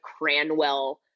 Cranwell